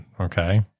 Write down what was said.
okay